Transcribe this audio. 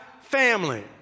family